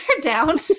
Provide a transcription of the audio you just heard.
down